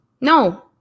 No